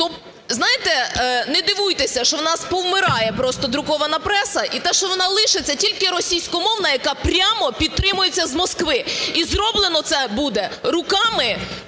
то, знаєте, не дивуйтеся, що в нас повмирає просто друкована преса і те, що вона лишиться тільки російськомовна, яка прямо підтримується з Москви, і зроблено це буде руками